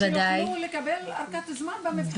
שיוכלו לקבל הארכת זמן בבחינות.